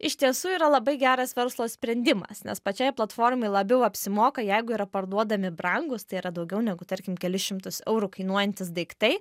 iš tiesų yra labai geras verslo sprendimas nes pačiai platformai labiau apsimoka jeigu yra parduodami brangūs tai yra daugiau negu tarkim kelis šimtus eurų kainuojantys daiktai